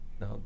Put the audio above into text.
now